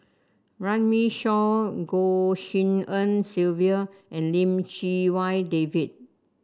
Runme Shaw Goh Tshin En Sylvia and Lim Chee Wai David